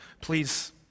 Please